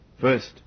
First